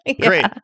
Great